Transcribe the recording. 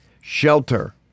shelter